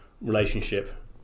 relationship